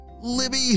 Libby